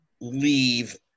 leave